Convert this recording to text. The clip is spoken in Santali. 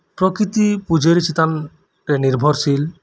ᱯᱨᱚᱠᱤᱛᱤ ᱯᱩᱡᱟᱹᱨᱤ ᱪᱮᱛᱟᱱ ᱛᱮ ᱱᱤᱨᱵᱷᱚᱨᱥᱤᱞ